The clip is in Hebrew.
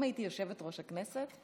אם הייתי יושבת-ראש הכנסת,